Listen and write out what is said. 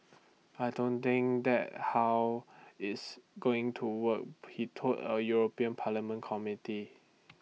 I don't think that's how it's going to work he told A european parliament committee